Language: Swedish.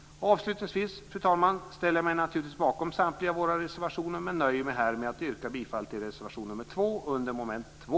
Avslutningsvis ställer jag mig naturligtvis bakom samtliga våra reservationer men nöjer mig här med att yrka bifall till reservation nr 2 under mom. 2.